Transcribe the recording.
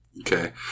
Okay